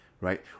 right